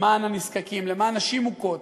למען הנזקקים, למען נשים מוכות,